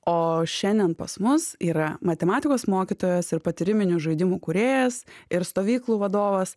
o šiandien pas mus yra matematikos mokytojas ir patyriminių žaidimų kūrėjas ir stovyklų vadovas